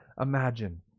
imagine